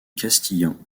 castillan